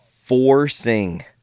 forcing